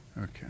Okay